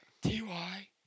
T-Y